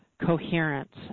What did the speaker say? coherence